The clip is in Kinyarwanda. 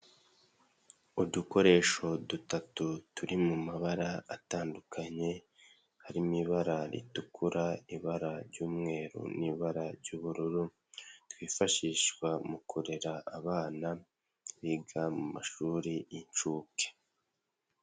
Udukoresho dutatu turi mu mabara atandukanye harimo ibara ritukura, ibara ry'umweru n'ibara ry'ubururu, twifashishwa mu kurera abana biga mu mashuri y'incuke.